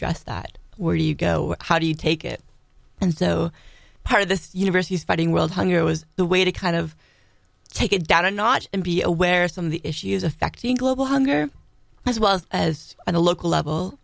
just that where do you go how do you take it and so part of this university is fighting world hunger was the way to kind of take it down a notch and be aware of some of the issues affecting global hunger as well as on the local level